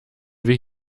wie